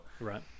Right